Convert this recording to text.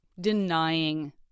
denying